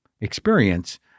experience